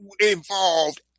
involved